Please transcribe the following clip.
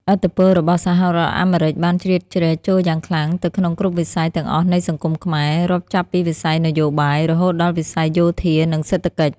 ឥទ្ធិពលរបស់សហរដ្ឋអាមេរិកបានជ្រៀតជ្រែកចូលយ៉ាងខ្លាំងទៅក្នុងគ្រប់វិស័យទាំងអស់នៃសង្គមខ្មែរ រាប់ចាប់ពីវិស័យនយោបាយ រហូតដល់វិស័យយោធានិងសេដ្ឋកិច្ច។